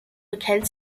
bekennt